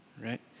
right